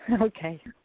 Okay